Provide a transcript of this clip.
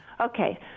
Okay